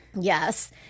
Yes